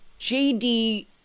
JD